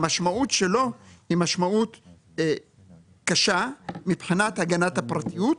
המשמעות שלו היא משמעות קשה מבחינת הגנת הפרטיות,